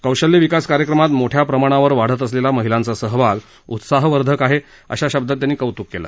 कौशल्य विकास कार्यक्रमात मोठया प्रमाणावर वाढत असलेला महिलांचा सहभाग उत्साहवर्धक आहे अशा शब्दात त्यांनी कौतुक केलं